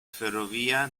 ferrovia